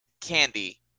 candy